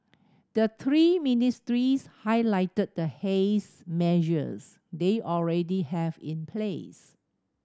the three ministries highlighted the haze measures they already have in place